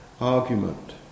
argument